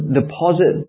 deposit